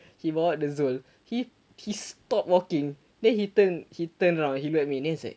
then lepas tu he he stopped walking then he turned he turned around he looked at me then he was like